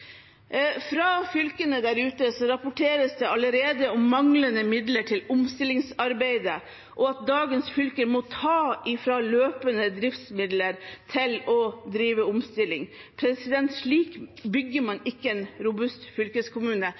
Fra fylkene der ute rapporteres det allerede om manglende midler til omstillingsarbeidet, og at dagens fylker må ta fra løpende driftsmidler for å drive omstilling. Slik bygger man ikke en robust fylkeskommune.